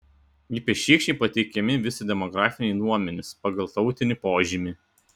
ypač šykščiai pateikiami visi demografiniai duomenys pagal tautinį požymį